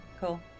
cool